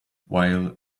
while